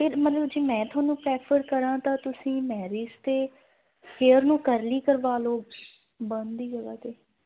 ਫਿਰ ਮੰਨੋ ਜੇ ਮੈਂ ਤੁਹਾਨੂੰ ਪ੍ਰੈਫਰ ਕਰਾਂ ਤਾਂ ਤੁਸੀਂ ਮੈਰਿਜ਼ 'ਤੇ ਹੇਅਰ ਨੂੰ ਕਰਲੀ ਕਰਵਾ ਲਓ ਬੰਨ ਦੀ ਜਗ੍ਹਾ 'ਤੇ